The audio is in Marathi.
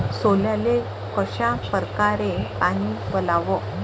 सोल्याले कशा परकारे पानी वलाव?